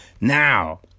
Now